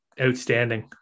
outstanding